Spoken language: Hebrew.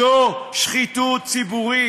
זו שחיתות ציבורית.